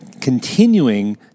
continuing